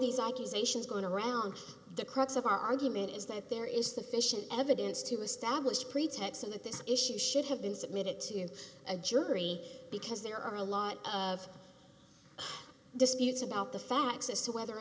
these accusations going around the crux of our argument is that there is sufficient evidence to establish pretext and that this issue should have been submitted to a jury because there are a lot of disputes about the facts as to whether or